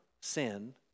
sin